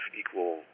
equal